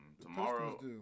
tomorrow